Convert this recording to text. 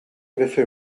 vefe